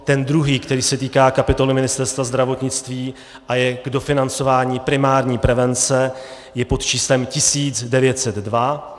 Ten druhý, který se týká kapitoly Ministerstva zdravotnictví a je k dofinancování primární prevence, je pod číslem 1902.